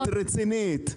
את רצינית...